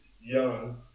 young